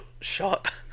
shot